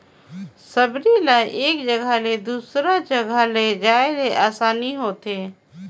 सबरी ल एक जगहा ले दूसर जगहा लेइजे मे असानी होथे